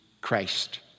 Christ